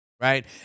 right